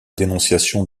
dénonciation